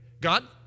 God